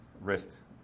risk